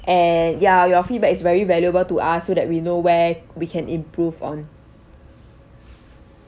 and ya your feedback is very valuable to us so that we know where we can improve on